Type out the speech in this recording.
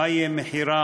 מה יהיה מחירה,